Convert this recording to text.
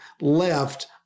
left